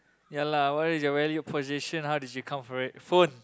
ya lah what is your value position how did you come for it forth